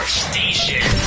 station